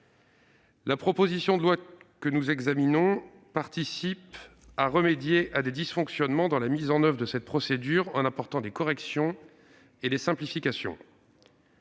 proposition de loi concourt à remédier à des dysfonctionnements dans la mise en oeuvre de cette procédure, en apportant des corrections et des simplifications.